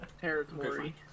Territory